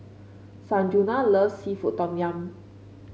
Sanjuana loves seafood Tom Yum